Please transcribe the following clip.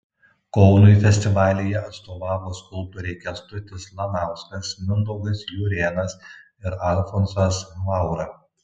kaunui festivalyje atstovavo skulptoriai kęstutis lanauskas mindaugas jurėnas ir alfonsas vaura